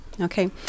Okay